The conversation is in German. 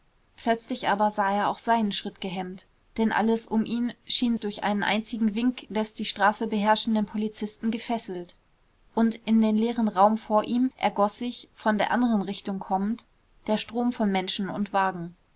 plötzlich aber sah er auch seinen schritt gehemmt denn alles um ihn schien durch einen einzigen wink des die straße beherrschenden polizisten gefesselt und in den leeren raum vor ihm ergoß sich von der anderen richtung kommend der strom von menschen und wagen